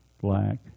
black